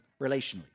relationally